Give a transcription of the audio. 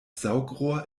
saugrohr